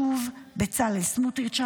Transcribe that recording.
שוב בצלאל סמוטריץ',